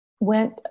went